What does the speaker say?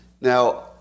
Now